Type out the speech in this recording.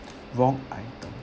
wrong item